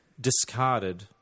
discarded